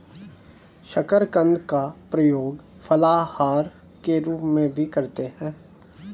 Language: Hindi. शकरकंद का प्रयोग फलाहार के रूप में भी करते हैं